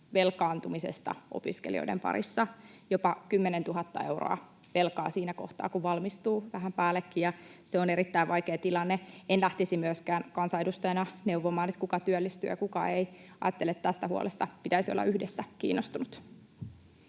velkaantumisesta opiskelijoiden parissa. Jopa 10 000 euroa velkaa tai vähän päällekin siinä kohtaa, kun valmistuu, on erittäin vaikea tilanne. En lähtisi myöskään kansanedustajana neuvomaan, kuka työllistyy ja kuka ei. Ajattelen, että tästä huolesta pitäisi olla yhdessä kiinnostuneita.